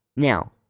Now